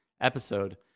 episode